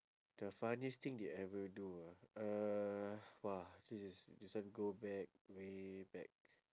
the funniest thing they ever do ah uh !wah! this is this one go back way back